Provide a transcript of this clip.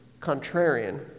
contrarian